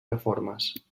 reformes